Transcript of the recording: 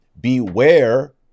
Beware